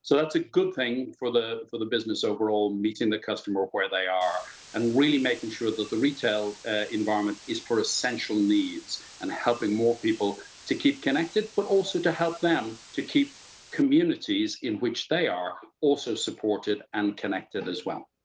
so that's a good thing for the for the business overall, meeting the customer where they are and really making sure that the retail environment is for essential needs and helping more people to keep connected, but. also, to help them keep communities in which they are also supported and connected as well.